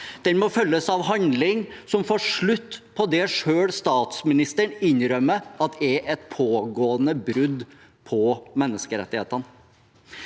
Den må følges av handling som får slutt på det selv statsministeren innrømmer at er et pågående brudd på menneskerettighetene.